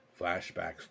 flashbacks